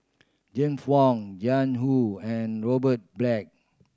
James Wong Jiang Hu and Robert Black